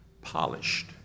polished